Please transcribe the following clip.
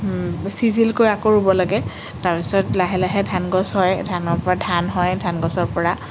চিজিলকৈ আকৌ ৰুব লাগে তাৰপিছত লাহে লাহে ধান গছ হয় ধানৰ পৰা ধান হয় ধান গছৰ পৰা